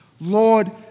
Lord